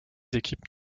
équipes